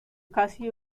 casi